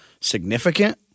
significant